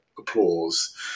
applause